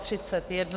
31.